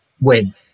win